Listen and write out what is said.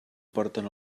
porten